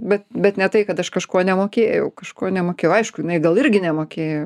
bet bet ne tai kad aš kažko nemokėjau kažko nemokėjau aišku jinai gal irgi nemokėjo